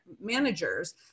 managers